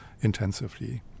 intensively